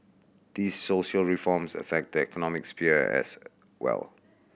these social reforms affect the economic sphere as well